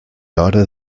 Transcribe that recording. hora